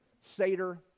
Seder